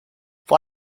fue